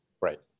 right